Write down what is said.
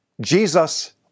Jesus